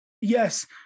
yes